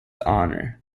honor